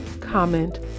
comment